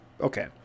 okay